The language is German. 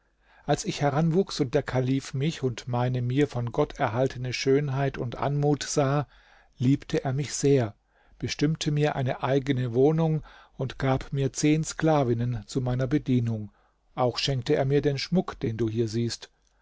als ich heranwuchs und der kalif mich und meine mir von gott erhaltene schönheit und anmut sah liebte er mich sehr bestimmte mir eine eigene wohnung und gab mir zehn sklavinnen zu meiner bedienung auch schenkte er mir den schmuck den du hier siehst